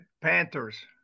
Panthers